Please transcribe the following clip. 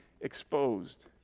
exposed